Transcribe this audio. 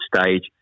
stage